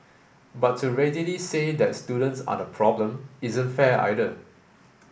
but to readily say that students are the problem isn't fair either